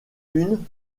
une